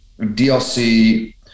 DLC